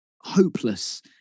hopeless